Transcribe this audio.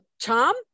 Tom